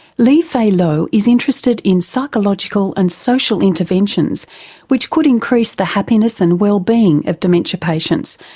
lee fay low is interested in psychological and social interventions which could increase the happiness and wellbeing of dementia patients,